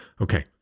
Okay